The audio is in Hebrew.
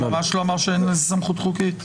הוא ממש לא אמר שאין לזה סמכות חוקית.